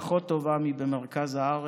פחות טובה מבמרכז הארץ.